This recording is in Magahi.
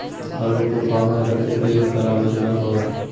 आलू को कहां रखे की खराब महिना हो?